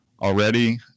already